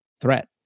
threat